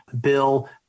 bill